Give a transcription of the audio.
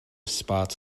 spots